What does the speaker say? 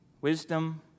Wisdom